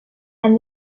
and